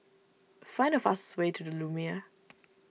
find the fastest way to the Lumiere